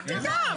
מה פתאום,